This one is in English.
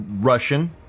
Russian